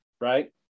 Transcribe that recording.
right